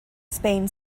spain